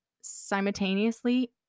simultaneously